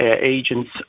agents